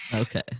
Okay